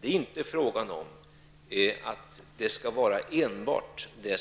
Det är inte fråga om att enbart den